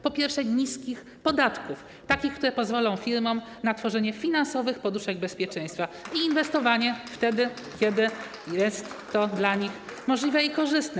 Po pierwsze, niskich podatków, takich, które pozwolą firmom na tworzenie finansowych poduszek bezpieczeństwa i inwestowanie wtedy, kiedy jest to dla nich możliwe i korzystne.